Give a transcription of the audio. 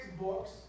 books